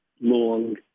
long